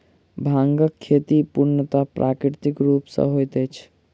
भांगक खेती पूर्णतः प्राकृतिक रूप सॅ होइत अछि